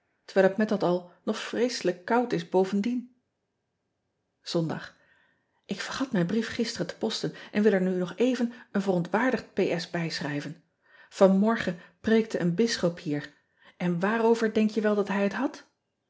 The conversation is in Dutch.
het met dat al nog vreeselijk koud is bovendien ondag k vergat mijn brief gisteren te posten en wil er nu nog even een verontwaardigd bijschrijven anmorgen preekte een bisschop hier en waarover denk je wel dat hij het had